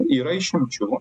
yra išimčių